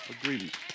agreement